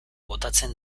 botatzen